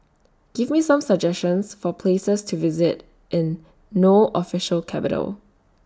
Give Me Some suggestions For Places to visit in No Official Capital